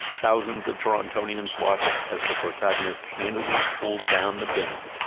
thousands of torontonians watched as the protagonist handily pulled down the bin,